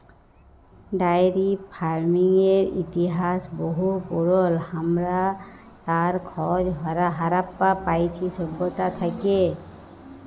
diary ফার্মিংয়ের ইতিহাস বহু পুরল, হামরা তার খজ হারাপ্পা পাইছি সভ্যতা থেক্যে